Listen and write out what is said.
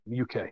uk